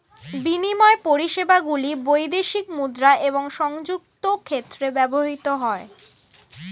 বিনিময় পরিষেবাগুলি বৈদেশিক মুদ্রা এবং সংযুক্ত ক্ষেত্রে ব্যবহৃত হয়